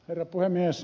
herra puhemies